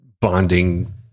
bonding